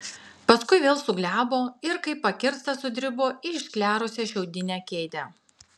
paskui vėl suglebo ir kaip pakirstas sudribo į išklerusią šiaudinę kėdę